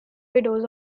widows